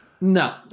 No